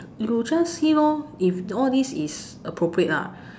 you just see lor if all this is appropriate lah